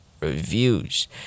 reviews